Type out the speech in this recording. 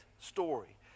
story